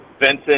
Vincent